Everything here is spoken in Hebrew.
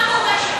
מה קורה שם.